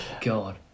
God